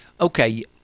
Okay